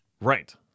Right